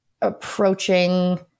approaching